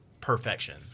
perfection